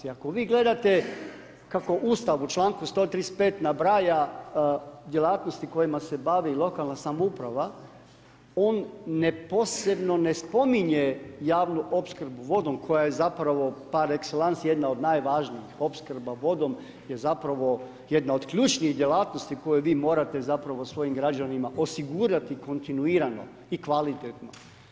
I ako vi gledate kako Ustav u članku 135. nabraja djelatnosti kojima se bavi lokalna samouprava, on posebno ne spominje javnu opskrbu vodu, koja je zapravo par exellence jedna od najvažnijih opskrba vodom je zapravo jedina od ključnih djelatnosti koju vi morate zapravo svojim građanima osigurati kontinuirati i kvalitetno.